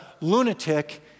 lunatic